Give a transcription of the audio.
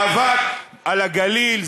זה מאבק על הגליל,